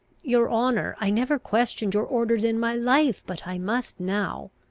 your honour, i never questioned your orders in my life but i must now.